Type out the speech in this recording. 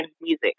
music